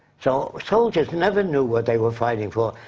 so, soldiers never knew what they were fighting for.